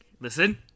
listen